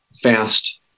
fast